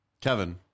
Kevin